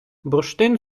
бурштин